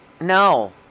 No